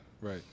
Right